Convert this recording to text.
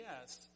yes